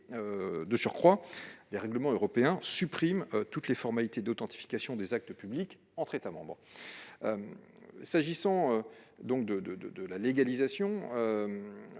En outre, les règlements européens suppriment toutes les formalités d'authentification des actes publics entre États membres. Quand la légalisation